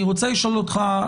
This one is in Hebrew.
אני רוצה לשאול אותך,